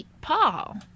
Paul